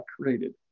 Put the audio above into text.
created